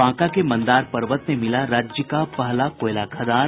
बांका के मंदार पर्वत में मिला राज्य का पहला कोयला खदान